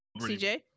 CJ